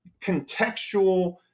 contextual